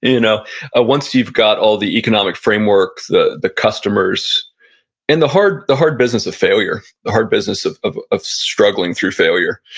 you know ah once you've got all the economic frameworks, the the customers and the hard the hard business of failure. the hard business of of struggling through failure.